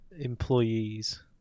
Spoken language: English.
employees